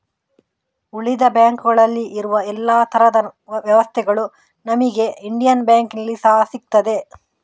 ಉಳಿದ ಬ್ಯಾಂಕುಗಳಲ್ಲಿ ಇರುವ ಎಲ್ಲಾ ತರದ ವ್ಯವಸ್ಥೆಗಳು ನಮಿಗೆ ಇಂಡಿಯನ್ ಬ್ಯಾಂಕಿನಲ್ಲಿ ಸಹಾ ಸಿಗ್ತದೆ